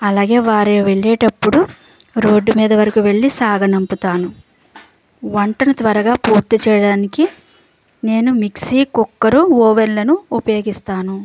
అలాగే వారు వెళ్ళే టప్పుడు రోడ్ మీద వరకు వెళ్ళి సాగనంపిస్తాను వంటను త్వరగా పూర్తి చేయడానికి నేను మిక్సీ కుక్కర్ ఓవెన్లను ఉపయోగిస్తాను